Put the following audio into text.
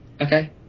okay